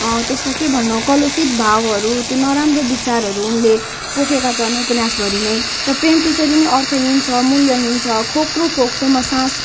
त्यसलाई के भनौँ कलुसित भावहरू त्यो नराम्रो विचारहरू उनले पोखेका छन् उपन्यासभरि नै र प्रेम त्यसरी नै अर्थहीन छ मूल्यहीन छ खोक्रो फोक्सोमा सास